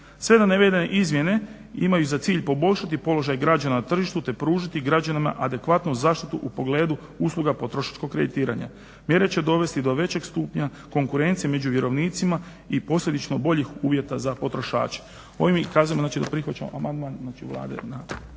Sve navedene izmjene imaju za cilj poboljšati položaj građana na tržištu te pružiti građanima adekvatnu zaštitu u pogledu usluga potrošačkog kreditiranja. Mjere će dovesti do većeg stupnja konkurencije među vjerovnicima i posljedično boljih uvjeta za potrošače. Ovim iskazujemo da prihvaćamo amandman … /Govornik